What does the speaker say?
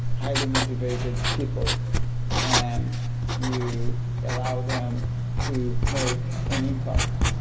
highly motivated people and you allow them to make an impact,